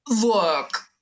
look